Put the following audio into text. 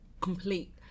complete